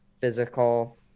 physical